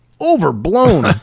overblown